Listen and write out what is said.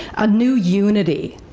a new unity,